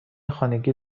خانگی